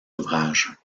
ouvrages